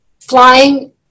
flying